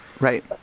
Right